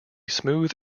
smooth